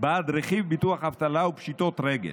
בעד רכיב ביטוח אבטלה ופשיטות רגל,